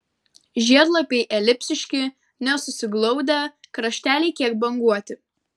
žiedlapiai elipsiški nesusiglaudę krašteliai kiek banguoti